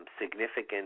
significant